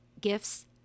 gifts